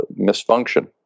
misfunction